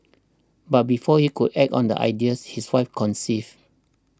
but before he could act on the ideas his wife conceived